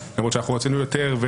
למרות שאנחנו רצינו יותר.